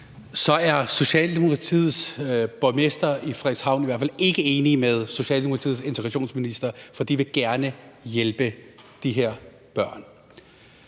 Så er Socialdemokratiets borgmester i Frederikshavn i hvert fald ikke enig med Socialdemokratiets integrationsminister, for de vil gerne hjælpe de her børn.